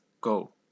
go